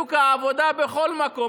בשוק העבודה, בכל מקום.